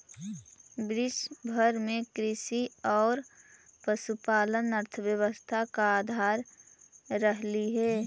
विश्व भर में कृषि और पशुपालन अर्थव्यवस्था का आधार रहलई हे